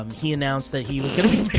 um he announced that he was gonna be